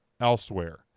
elsewhere